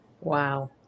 Wow